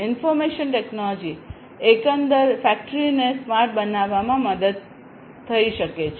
information technology એકંદર ફેક્ટરીને smart બનાવવામાં મદદ કરી શકે છે